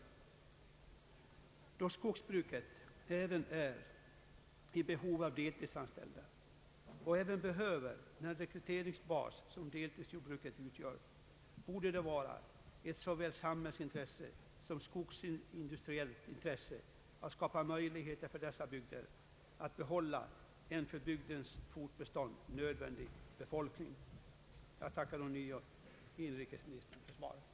Eftersom skogsbruket även är i behov av deltidsanställda och dessutom behöver den rekryteringsbas som deltidsjordbruket utgör, borde det vara såväl ett samhällsintresse som ett skogsindustriellt intresse att skapa möjligheter för dessa bygder att behålla en för bygdens fortbestånd nödvändig befolkning. Jag tackar ånyo inrikesministern för svaret.